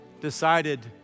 decided